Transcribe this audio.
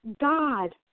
God